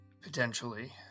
Potentially